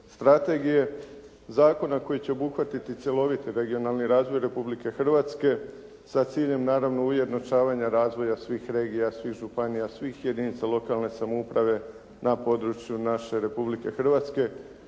strategije, zakona koji će obuhvatiti cjeloviti regionalni razvoj Republike Hrvatske sa ciljem naravno ujednačavanja razvoja svih regija, svih županija, svih jedinica lokalne samouprave na području naše Republike Hrvatske.